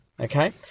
okay